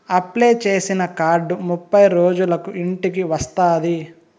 apply చేసిన card ముప్పై రోజులకు ఇంటికి వస్తాది